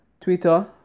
Twitter